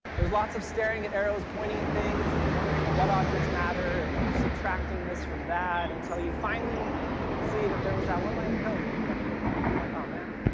there's lots of staring at arrows pointing at things, and wondering what objects matter, and subtracting this from that until you finally see and that there was that one line of code or you forgot to write that. you're like, um and